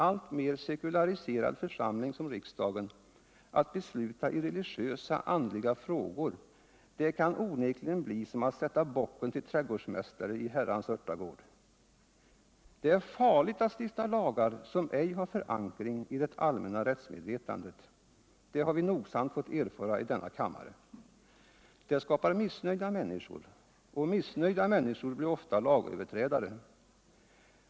alltmer sekulariserad församling som riksdagen att besluta i religiösa, andliga frågor, det kan onekligen bli som att sätta bocken till trädgårdsmästare i Herrans örtagård. Det är farligt att stifta lagar, som ej har förankring i det allmänna rättsmedvetandet. Det har vi nogsamt fått erfara i denna kammare. Det skapar missnöjda människor. och missnöjda människor blir ofta lagöverträdare.